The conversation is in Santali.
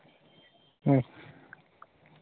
ᱦᱮᱸ